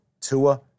Tua